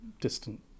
distant